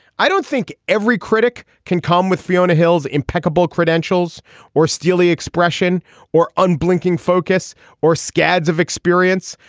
i don't think every critic can come with fiona hill's impeccable credentials or steely expression or unblinking focus or scads of experience.